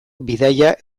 bidaia